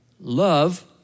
love